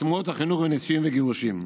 עצמאות החינוך ונישואים וגירושים.